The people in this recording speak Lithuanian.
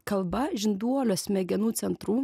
kalba žinduolio smegenų centrų